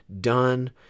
done